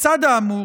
לצד האמור,